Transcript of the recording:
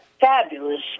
fabulous